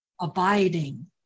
abiding